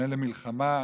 התכונן למלחמה,